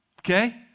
okay